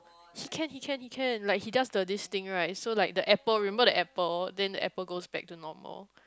he can he can he can like he does the this thing right so like the apple remember the apple then the apple goes back to normal